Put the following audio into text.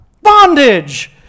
bondage